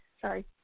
Sorry